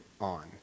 on